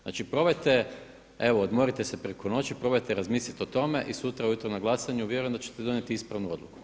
Znači probajte, evo odmorite se preko noći, probajte razmisliti o tome i sutra ujutro na glasanju vjerujem da ćete donijeti ispravnu odluku.